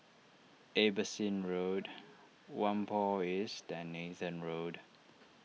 Abbotsingh Road Whampoa East and Nathan Road